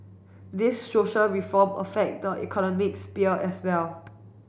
these social reform affect the economic sphere as well